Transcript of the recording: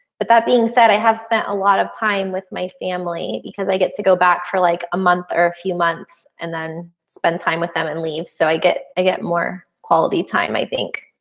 but that being said i have spent a lot of time with my family because i get to go back for like a month or a few months. and then spend time with them and leave so i get i get more quality time. i think